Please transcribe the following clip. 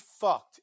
fucked